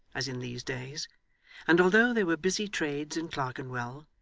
as in these days and although there were busy trades in clerkenwell,